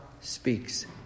speaks